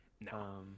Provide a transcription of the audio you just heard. No